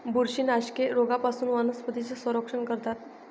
बुरशीनाशके रोगांपासून वनस्पतींचे संरक्षण करतात